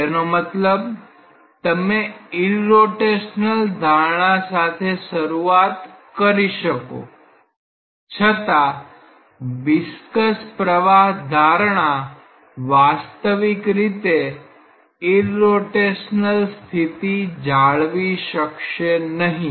તેનો મતલબ તમે ઈરરોટેશનલ ધારણા સાથે શરૂઆત કરી શકો છતાં વિસ્કસ પ્રવાહ ધારણા વાસ્તવિક રીતે ઈરરોટેશનલ સ્થિતિ જાળવી શકશે નહીં